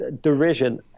derision